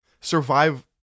survive